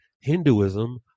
Hinduism